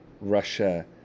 Russia